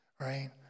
right